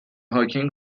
هاوکینگ